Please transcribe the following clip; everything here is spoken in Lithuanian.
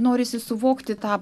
norisi suvokti tą